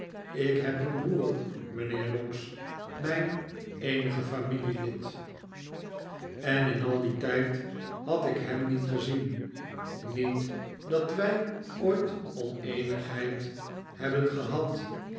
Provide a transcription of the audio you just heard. ik heb een broer mijnheer noggs mijn eenige familielid en in al dien tijd had ik hem niet gezien niet dat wij ooit oneenigheid hebben gehad